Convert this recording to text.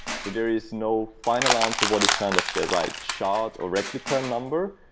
so there is no final answer what is kind of the right shard or replica number.